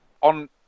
on